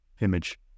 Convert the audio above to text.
image